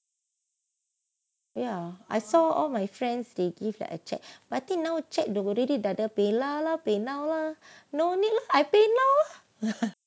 ya I saw all my friends they give the cheque but I think now cheque they were really better PayLah PayNow lah no need lah I pay now loh